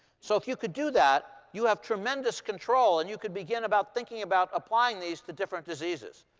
so if you could do that, you have tremendous control. and you could begin about thinking about applying these to different diseases.